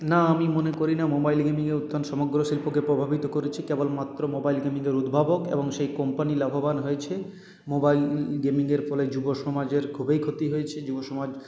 না আমি মনে করি না মোবাইল গেমিংয়ের উত্থান সমগ্র শিল্পকে প্রভাবিত করেছে কেবলমাত্র মোবাইল গেমিংয়ের উদ্ভাবক এবং সেই কোম্পানি লাভবান হয়েছে মোবাইল গেমিংয়ের ফলে যুবসমাজের খুবই ক্ষতি হয়েছে যুবসমাজ